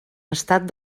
estat